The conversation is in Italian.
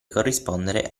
corrispondere